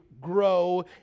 grow